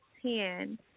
ten